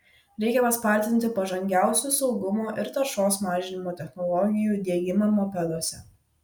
reikia paspartinti pažangiausių saugumo ir taršos mažinimo technologijų diegimą mopeduose